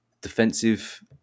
defensive